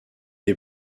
est